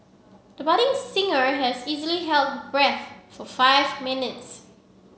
the budding singer has easily held her breath for five minutes